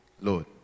Lord